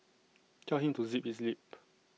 tell him to zip his lip